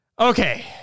Okay